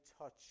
touch